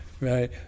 right